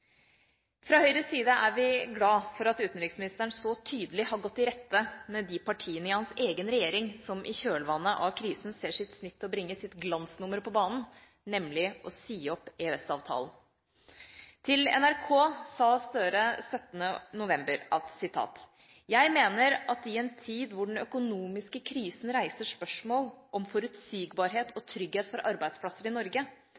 Fra Høyres side er vi glade for at utenriksministeren så tydelig har gått i rette med de partiene i hans egen regjering som i kjølvannet av krisen ser sitt snitt til å bringe sitt glansnummer på banen, nemlig å si opp EØS-avtalen. Til NRK sa Støre 17. november: «Jeg mener at i en tid hvor den økonomiske krisen reiser spørsmål om forutsigbarhet og trygghet for arbeidsplasser i Norge,